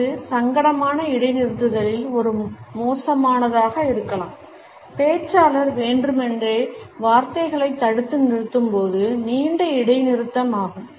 இது சங்கடமான இடைநிறுத்தத்தில் ஒரு மோசமானதாக இருக்கலாம் பேச்சாளர் வேண்டுமென்றே வார்த்தைகளைத் தடுத்து நிறுத்தும்போது நீண்ட இடைநிறுத்தம் ஆகும்